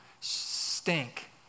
stink